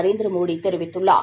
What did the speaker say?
நரேந்திர மோடி தெரிவித்துள்ளார்